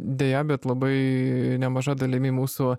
deja bet labai nemaža dalimi mūsų